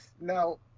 No